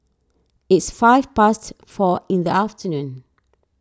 its five past four in the afternoon